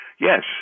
yes